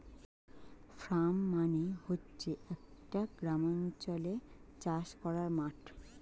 farm মানে হচ্ছে একটা গ্রামাঞ্চলে চাষ করার মাঠ